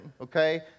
okay